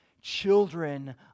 children